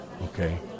okay